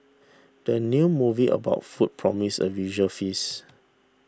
the new movie about food promises a visual feast